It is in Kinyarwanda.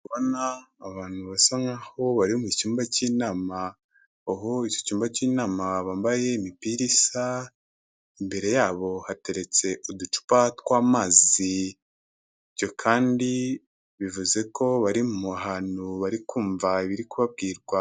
Ndi kubona abantu basa nkaho bari mu cyumba cy'inama, aho icyo cyumba cy'inama bambaye imipira isa imbere yabo hateretse uducupa tw'amazi ibyo kandi bivuze ko bari mu hantu bari kumva ibiri kubabwirwa.